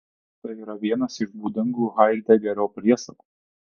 tai yra vienas iš būdingų haidegerio priesakų